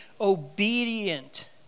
obedient